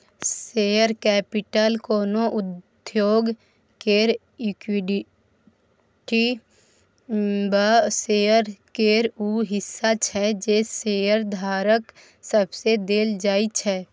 share capital कोनो उद्योग केर इक्विटी या शेयर केर ऊ हिस्सा छै जे शेयरधारक सबके देल जाइ छै